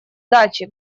дачи